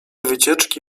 wycieczki